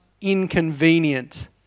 inconvenient